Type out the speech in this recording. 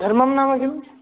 धर्मं नाम किम्